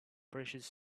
precious